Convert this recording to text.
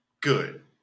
good